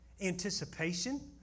anticipation